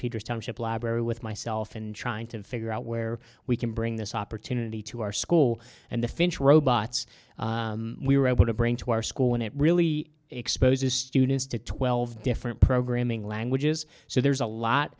peter's time ship library with myself and trying to figure out where we can bring this opportunity to our school and the finch robots we were able to bring to our school and it really exposes students to twelve different programming languages so there's a lot